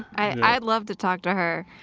i'd love to talk to her.